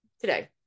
today